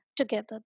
together